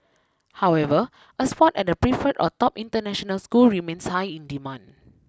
however a spot at a preferred or top international school remains high in demand